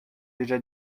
déjà